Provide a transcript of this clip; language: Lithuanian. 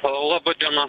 laba diena